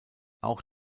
auch